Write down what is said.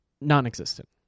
non-existent